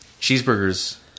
cheeseburgers